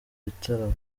gitaramo